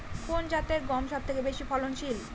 কোন জাতের গম সবথেকে বেশি ফলনশীল?